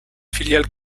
filiale